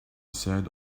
sat